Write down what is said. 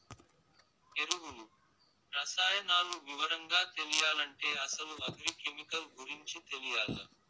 ఎరువులు, రసాయనాలు వివరంగా తెలియాలంటే అసలు అగ్రి కెమికల్ గురించి తెలియాల్ల